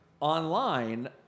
online